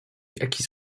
jaki